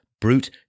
brute